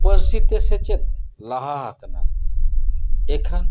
ᱯᱟᱹᱨᱥᱤ ᱛᱮ ᱥᱮᱪᱮᱫ ᱞᱟᱦᱟ ᱟᱠᱟᱱᱟ ᱮᱠᱷᱟᱱ